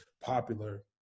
popular